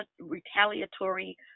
retaliatory